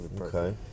okay